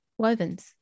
Wovens